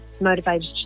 motivated